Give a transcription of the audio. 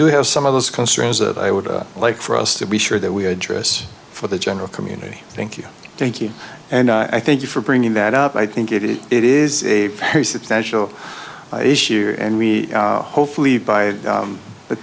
do have some of those concerns that i would like for us to be sure that we address for the general community thank you thank you and i thank you for bringing that up i think it is it is a very substantial issue and we hopefully by